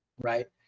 right